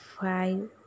five